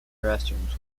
restrooms